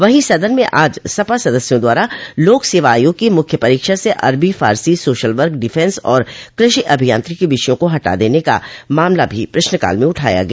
वहीं सदन में आज सपा सदस्यों द्वारा लोक सेवा आयोग की मुख्य परीक्षा से Arabi Farsi social work defence और कृषि अभियांत्रिकी विषयों को हटा देने का मामला भी प्रश्नकाल में उठाया गया